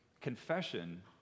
Confession